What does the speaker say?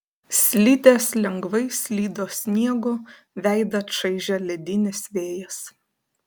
slidės lengvai slydo sniegu veidą čaižė ledinis vėjas